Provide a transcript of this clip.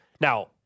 Now